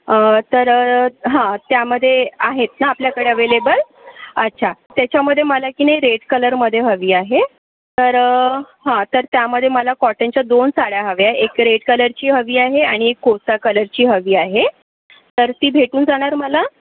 तर हं त्यामध्ये आहेत ना आपल्याकडे अवेलेबल अच्छा त्याच्यामध्ये मला की नाही रेड कलरमध्ये हवी आहे तर हं तर त्यामध्ये मला कॉटनच्या दोन साड्या हव्या एक रेड कलरची हवी आहे आणि एक कोसा कलरची हवी आहे तर ती भेटून जाणार मला